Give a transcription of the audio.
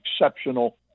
exceptional